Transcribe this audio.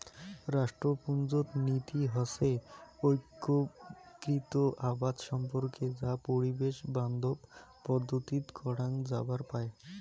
রাষ্ট্রপুঞ্জত নীতি হসে ঐক্যিকৃত আবাদ সম্পর্কে যা পরিবেশ বান্ধব পদ্ধতিত করাং যাবার পায়